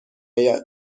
آید